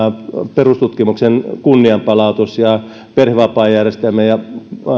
perustutkimuksen kunnianpalautus koulutuksen ja osaamisen puolella ja perhevapaajärjestelmän ja